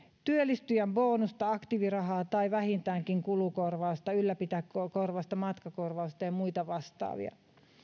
työllistyjän bonusta aktiivirahaa tai vähintäänkin kulukorvausta ylläpitokorvausta matkakorvausta ja muita vastaavia